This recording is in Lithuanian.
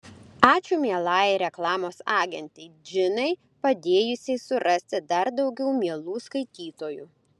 ačiū mielajai reklamos agentei džinai padėjusiai surasti dar daugiau mielų skaitytojų